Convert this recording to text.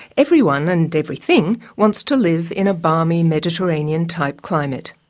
everyone and everything wants to live in a balmy mediterranean-type climate.